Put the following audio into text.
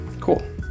Cool